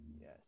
Yes